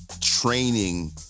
training